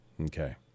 Okay